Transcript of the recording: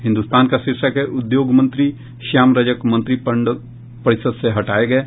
हिन्दुस्तान का शीर्षक है उद्योग मंत्री श्याम रजक मंत्रिपरिषद से हटाये गये